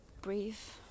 brief